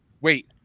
wait